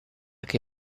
che